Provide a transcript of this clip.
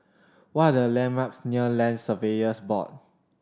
what are the landmarks near Land Surveyors Board